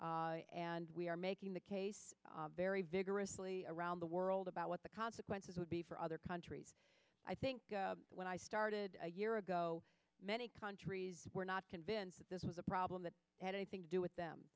program and we are making the case very vigorously around the world about what the consequences would be for other countries i think when i started a year ago many countries were not convinced that this was a problem that had anything to do with them